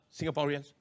Singaporeans